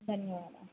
धन्यवादाः